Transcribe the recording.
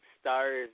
stars